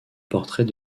portrait